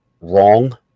wrong